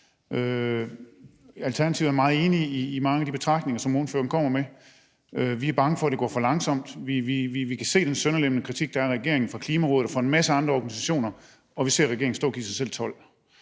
Alternativet er meget enig i mange af de betragtninger, som ordføreren kommer med. Vi er bange for, at det går for langsomt. Vi kan se den sønderlemmende kritik, der er af regeringen, fra Klimarådet og fra en masse andre organisationers side, og vi ser regeringen stå og give sig selv